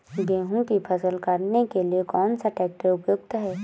गेहूँ की फसल काटने के लिए कौन सा ट्रैक्टर उपयुक्त है?